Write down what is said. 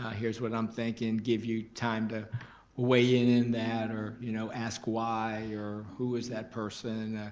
here's what i'm thinking. give you time to weigh in in that or you know ask why or who is that person.